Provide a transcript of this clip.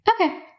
Okay